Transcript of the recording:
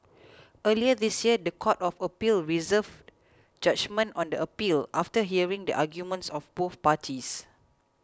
earlier this year the Court of Appeal reserved judgement on the appeal after hearing the arguments of both parties